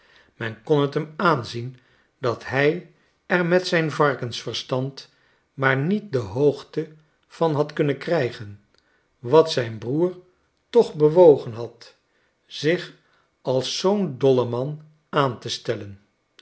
men kon them aanzien dat hij er met zijn varkensverstand maar niet de hoogte van had kunnen krijgen wat zijn broer toch bewogen had zich als zoo'n dolleman aan te stellen